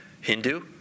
Hindu